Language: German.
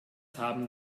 haben